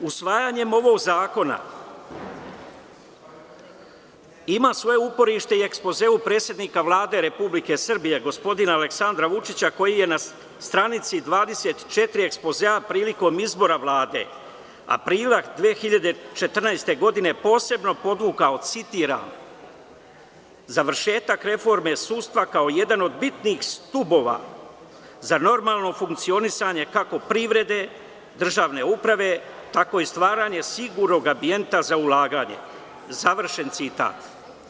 Usvajanjem ovog zakona ima svoje uporište i u ekspozeu predsednika Vlade Republike Srbije, gospodina Aleksandra Vučića, koji je na stranici 24 ekspozea prilikom izbora Vlade aprila 2014. godine posebno podvukao, citiram – završetak reforme sudstva kao jedan od bitnih stubova za normalno funkcionisanje kako privrede, državne uprave, tako i stvaranje sigurnog ambijenta za ulaganje, završen citat.